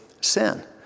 sin